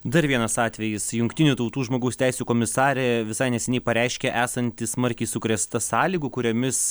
dar vienas atvejis jungtinių tautų žmogaus teisių komisarė visai neseniai pareiškė esanti smarkiai sukrėsta sąlygų kuriomis